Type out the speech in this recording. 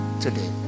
today